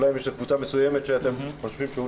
אולי אם יש קבוצה מסוימת שאתם חושבים שלא